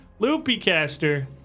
Loopycaster